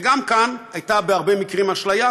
וגם כאן היא הייתה בהרבה מקרים אשליה,